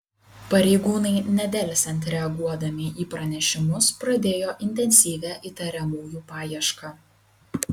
pareigūnai nedelsiant reaguodami į pranešimus pradėjo intensyvią įtariamųjų paiešką